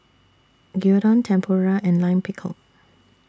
Gyudon Tempura and Lime Pickle